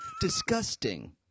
disgusting